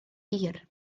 hir